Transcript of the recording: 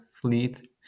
fleet